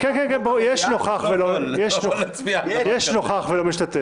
--- כן, יש "נוכח" ו"לא משתתף".